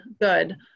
good